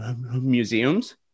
museums